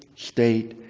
state,